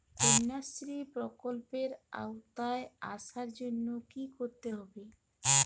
কন্যাশ্রী প্রকল্পের আওতায় আসার জন্য কী করতে হবে?